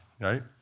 Right